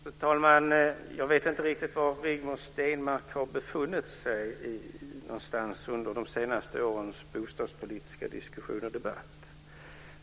Fru talman! Jag vet inte riktigt vad Rigmor Stenmark har befunnit sig under de senaste årens bostadspolitiska diskussion och debatt.